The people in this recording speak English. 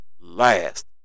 last